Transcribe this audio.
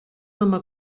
home